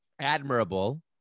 admirable